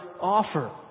offer